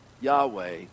Yahweh